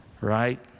right